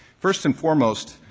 first and foremost,